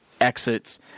exits